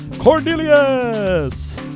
Cornelius